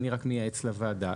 אני רק מייעץ לוועדה.